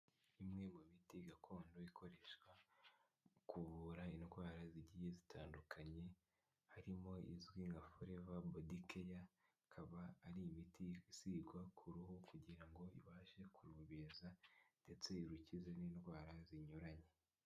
Imwe mu miti gakondo ikoreshwa mu kuvura indwara zigiye zitandukanye harimo izwi nka forever body care ikaba ari imiti isigwa ku ruhu kugira ngo ibashe kurubobeza ndetse irukize n'indwara zinyuranye.